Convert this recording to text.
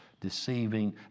deceiving